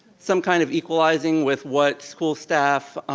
some kind of equalizing with what school staff